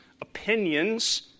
opinions